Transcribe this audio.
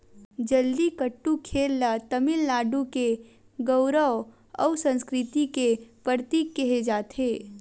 जल्लीकट्टू खेल ल तमिलनाडु के गउरव अउ संस्कृति के परतीक केहे जाथे